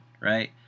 right